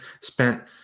spent